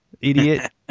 idiot